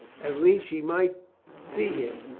at least she might see him,